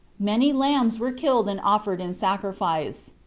many lambs were killed and offered in sacrifice.